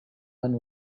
hano